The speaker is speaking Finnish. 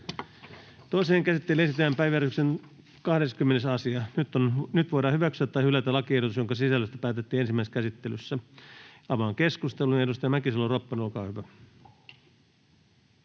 Toiseen käsittelyyn esitellään päiväjärjestyksen 20. asia. Nyt voidaan hyväksyä tai hylätä lakiehdotus, jonka sisällöstä päätettiin ensimmäisessä käsittelyssä. — Avaan keskustelun. Edustaja Mäkisalo-Ropponen, olkaa hyvä.